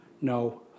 no